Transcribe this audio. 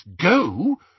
go